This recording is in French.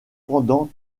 pendant